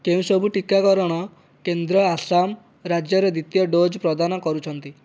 କେଉଁ ସବୁ ଟିକାକରଣ କେନ୍ଦ୍ର ଆସାମ ରାଜ୍ୟରେ ଦ୍ୱିତୀୟ ଡୋଜ୍ ପ୍ରଦାନ କରୁଛନ୍ତି